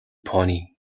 pony